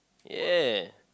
ya